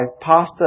pastor